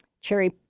Cherry